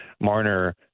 Marner